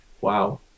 Wow